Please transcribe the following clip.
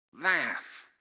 Laugh